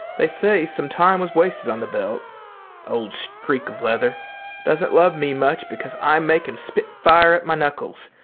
they say some time was wasted on the belt old streak of leather doesn't love me much because i make him spit fire at my knuckles,